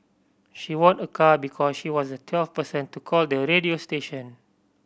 she won a car because she was the twelfth person to call the radio station